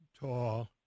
tall